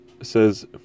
Says